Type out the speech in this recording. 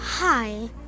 Hi